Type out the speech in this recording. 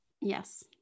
Yes